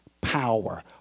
power